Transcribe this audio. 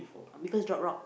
oh because drop rock